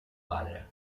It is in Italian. padre